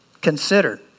consider